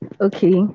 Okay